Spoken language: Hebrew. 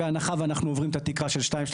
בהנחה ואנחנו עוברים את התקרה של 2.2,